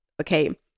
Okay